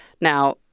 Now